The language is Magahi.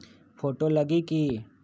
फोटो लगी कि?